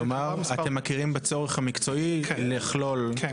כלומר, אתם מכירים בצורך המקצועי לכלול בתי חולים.